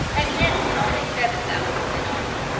admits only seven thousand in all.